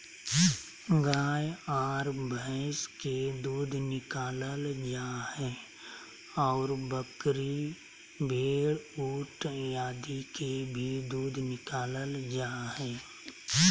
गाय आर भैंस के दूध निकालल जा हई, आरो बकरी, भेड़, ऊंट आदि के भी दूध निकालल जा हई